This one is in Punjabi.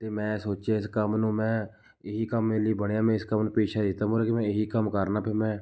ਅਤੇ ਮੈਂ ਸੋਚਿਆ ਇਸ ਕੰਮ ਨੂੰ ਮੈਂ ਇਹੀ ਕੰਮ ਮੇਰੇ ਲਈ ਬਣਿਆ ਮੈਂ ਇਸ ਕੰਮ ਨੂੰ ਪੇਸ਼ਾ ਦਿੱਤਾ ਮਤਲਬ ਕਿ ਮੈਂ ਇਹੀ ਕੰਮ ਕਰਨਾ ਫਿਰ ਮੈਂ